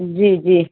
جی جی